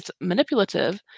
manipulative